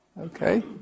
okay